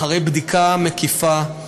אחרי בדיקה מקיפה,